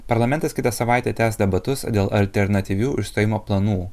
parlamentas kitą savaitę tęs debatus dėl alternatyvių išstojimo planų